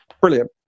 brilliant